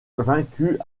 vaincues